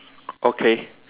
okay